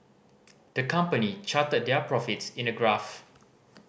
the company charted their profits in a graph